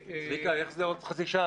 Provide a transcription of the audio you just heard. צביקה, איך זה עוד חצי שעה?